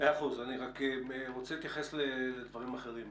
אני רוצה להתייחס לדברים אחרים.